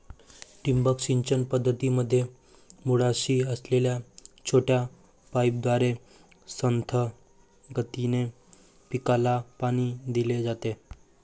ठिबक सिंचन पद्धतीमध्ये मुळाशी असलेल्या छोट्या पाईपद्वारे संथ गतीने पिकाला पाणी दिले जाते